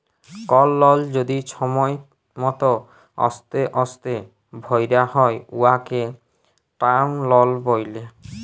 call লল যদি ছময় মত অস্তে অস্তে ভ্যরা হ্যয় উয়াকে টার্ম লল ব্যলে